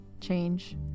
change